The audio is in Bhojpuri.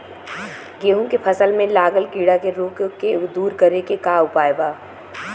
गेहूँ के फसल में लागल कीड़ा के रोग के दूर करे के उपाय का बा?